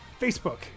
facebook